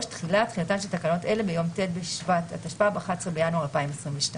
תחילה3.תחילתן של תקנות אלה ביום ט' בשבט התשפ"ב (11 בינואר 2022)."